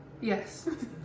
Yes